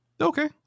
Okay